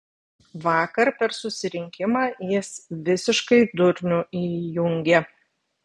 vakar per susirinkimą jis visiškai durnių įjungė